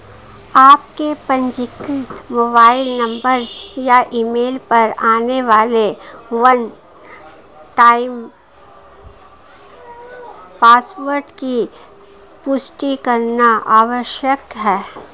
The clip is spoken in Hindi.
आपके पंजीकृत मोबाइल नंबर या ईमेल पर आने वाले वन टाइम पासवर्ड की पुष्टि करना आवश्यक है